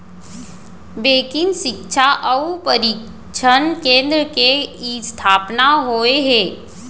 banking सिक्छा अउ परसिक्छन केन्द्र के इस्थापना होय हे